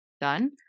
done